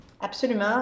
Absolument